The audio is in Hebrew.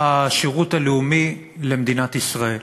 השירות הלאומי למדינת ישראל.